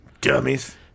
Dummies